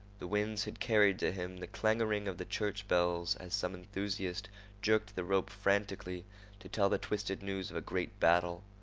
the winds had carried to him the clangoring of the church bell as some enthusiast jerked the rope frantically to tell the twisted news of a great battle.